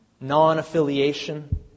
non-affiliation